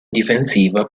difensiva